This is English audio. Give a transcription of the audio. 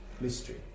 mystery